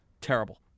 terrible